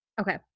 Okay